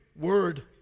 Word